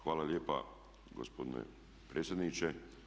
Hvala lijepa gospodine predsjedniče.